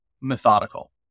methodical